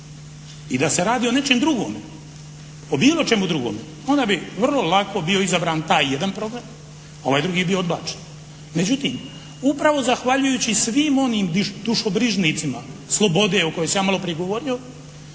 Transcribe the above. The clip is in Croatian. i da se radi o nečem drugome, o bilo čemu drugome, onda bi vrlo lako bio izabran taj jedan program, a ovaj drugi bio odbačen. Međutim, upravo zahvaljujući svim onim dušobrižnicima slobode o kojoj sam ja malo prije govorio